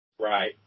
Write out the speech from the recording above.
right